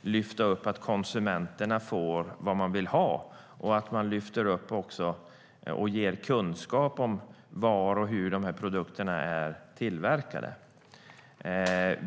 lyfter upp att konsumenterna får vad de vill ha och även lyfter upp och ger kunskap om var och hur produkterna är tillverkade.